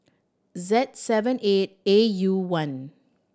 Z seven eight A U one